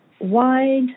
wide